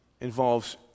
involves